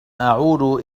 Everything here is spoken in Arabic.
أعود